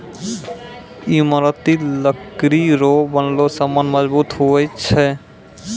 ईमारती लकड़ी रो बनलो समान मजबूत हुवै छै